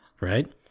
right